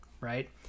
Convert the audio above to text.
right